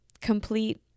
complete